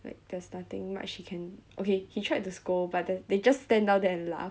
like there's nothing much he can okay he tried to scold but then they just stand down there and laugh